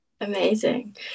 amazing